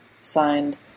Signed